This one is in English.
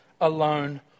alone